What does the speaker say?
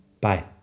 Bye